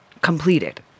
completed